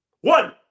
one